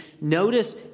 Notice